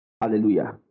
Hallelujah